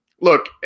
look